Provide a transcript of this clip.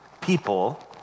people